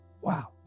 Wow